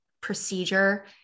procedure